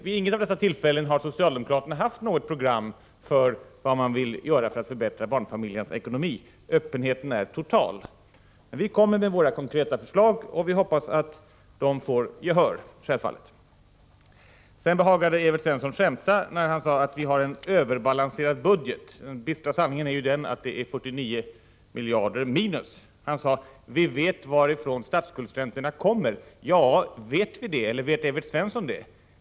Vid inget av dessa tillfällen har socialdemokraterna haft något program för vad de vill göra för att förbättra barnfamiljernas ekonomi — öppenheten är total. Men vi kommer med våra konkreta förslag och hoppas självfallet att de vinner gehör. Evert Svensson behagade skämta. Han sade att vi har en överbalanserad budget. Den bistra sanningen är ju den att det är 49 miljarder minus. Han sade: Vi vet varifrån statsskuldräntorna kommer. Men vet vi verkligen det? Vet Evert Svensson det?